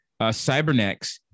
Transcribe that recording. Cybernex